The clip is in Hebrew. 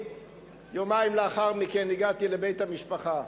יומיים לאחר מכן הגעתי לבית המשפחה,